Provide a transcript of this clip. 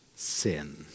sin